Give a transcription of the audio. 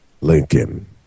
Lincoln